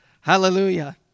Hallelujah